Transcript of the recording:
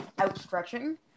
outstretching